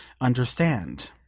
understand